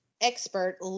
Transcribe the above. expert